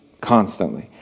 constantly